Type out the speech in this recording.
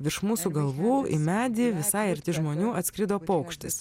virš mūsų galvų į medį visai arti žmonių atskrido paukštis